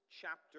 chapter